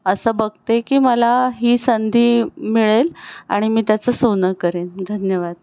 असं बघते की मला ही संधी मिळेल आणि मी त्याचं सोनं करेन धन्यवाद